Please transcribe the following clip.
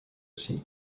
sea